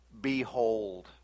behold